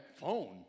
phone